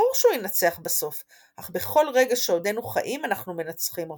ברור שהוא ינצח בסוף אך בכל רגע שעודנו חיים אנחנו מנצחים אותו.